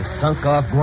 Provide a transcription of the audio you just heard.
sunk-off